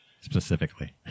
specifically